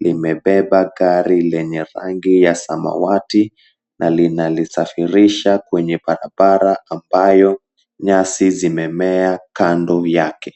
limebeba gari lenye rangi ya samawati na linalisafirisha kwenye barabara ambayo nyasi zimemea kando yake.